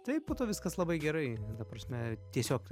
tai po to viskas labai gerai ta prasme tiesiog